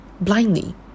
blindly